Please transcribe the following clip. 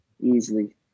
easily